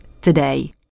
today